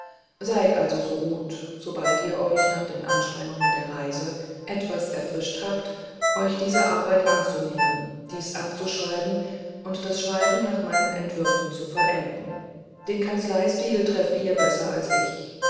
seid also so gut sobald ihr euch nach den anstrengungen der reise etwas erfrischt habt euch dieser arbeit anzunehmen dies abzuschreiben und das schreiben nach meinen entwürfen zu vollenden den kanzleistil trefft ihr besser als ich